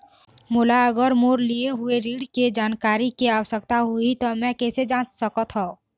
मोला अगर मोर लिए हुए ऋण के जानकारी के आवश्यकता होगी त मैं कैसे जांच सकत हव?